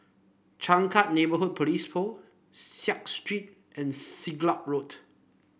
Changkat Neighbourhood Police Post Seah Street and Siglap Road